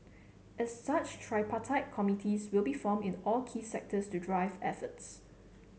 as such tripartite committees will be formed in all key sectors to drive efforts